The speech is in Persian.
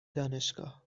دانشگاه